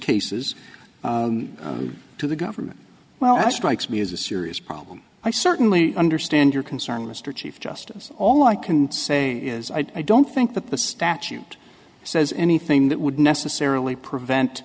cases to the government well strikes me as a serious problem i certainly understand your concern mr chief justice all i can say is i don't think that the statute says anything that would necessarily prevent